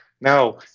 Now